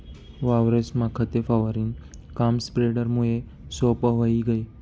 वावरेस्मा खते फवारणीनं काम स्प्रेडरमुये सोप्पं व्हयी गय